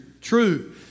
True